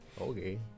Okay